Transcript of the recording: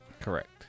Correct